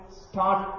start